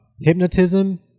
Hypnotism